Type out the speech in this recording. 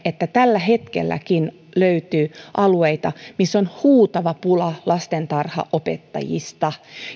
että tällä hetkelläkin löytyy alueita missä on huutava pula lastentarhanopettajista